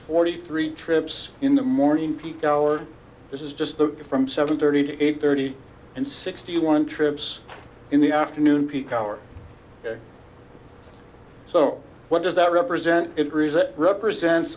forty three trips in the morning peak hour this is just that from seven thirty to eight thirty and sixty one trips in the afternoon peak hour so what does that represent agrees that represents